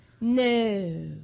No